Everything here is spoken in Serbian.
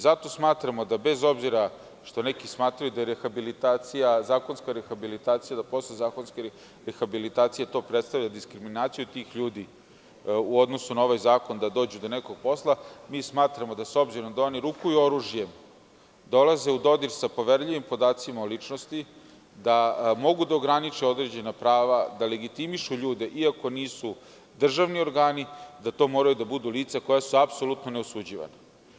Zato smatramo da, bez obzira što neki smatraju da posle zakonske rehabilitacije to predstavlja diskriminaciju tih ljudi u odnosu na ovaj zakon da dođu do nekog posla, s obzirom da oni rukuju oružjem, dolaze u dodir sa poverljivim podacima o ličnosti, da mogu da ograniče određena prava, da legitimišu ljude iako nisu državni organi, da to moraju da budu lica koja su apsolutno neosuđivana.